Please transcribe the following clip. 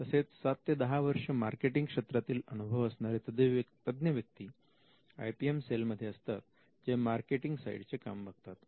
तसेच सात ते दहा वर्ष मार्केटिंग क्षेत्रातील अनुभव असणारे तज्ञ व्यक्ती आय पी एम सेलमध्ये असतात जे मार्केटिंग साईटचे काम बघतात